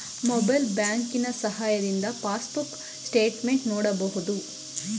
mobile ಬ್ಯಾಂಕಿನ ಸಹಾಯದಿಂದ passbook statement ನೋಡಬಹುದು